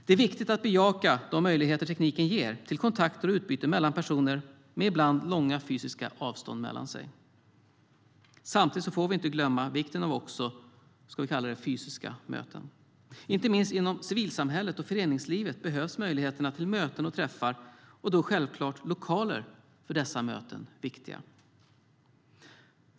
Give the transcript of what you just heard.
Det är viktigt att bejaka de möjligheter tekniken ger till kontakter och utbyte mellan personer med ibland långa fysiska avstånd mellan sig. Samtidigt får vi inte glömma vikten av också fysiska möten. Inte minst inom civilsamhället och föreningslivet behövs möjligheterna till möten och träffar. Då är självklart lokaler för dessa möten viktiga.